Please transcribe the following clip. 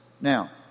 Now